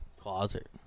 closet